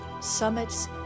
summits